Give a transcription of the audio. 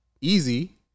Easy